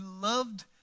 loved